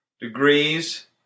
degrees